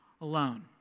alone